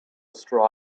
straw